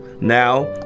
Now